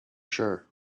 sure